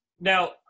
Now